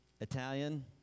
italian